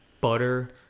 butter